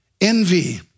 Envy